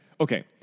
okay